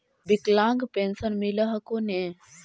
विकलांग पेन्शन मिल हको ने?